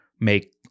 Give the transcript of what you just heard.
make